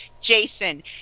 Jason